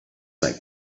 like